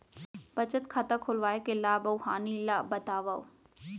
बचत खाता खोलवाय के लाभ अऊ हानि ला बतावव?